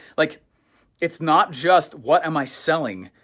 like it's not just what am i selling,